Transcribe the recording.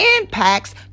impacts